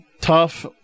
tough